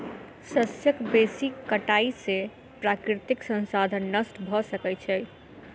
शस्यक बेसी कटाई से प्राकृतिक संसाधन नष्ट भ सकै छै